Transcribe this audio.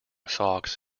socks